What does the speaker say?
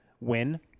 win